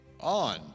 On